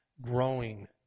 growing